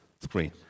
screen